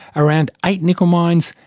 around eight nickel mines,